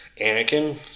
Anakin